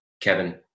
Kevin